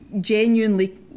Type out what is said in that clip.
genuinely